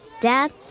Dad